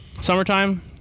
summertime